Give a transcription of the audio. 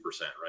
right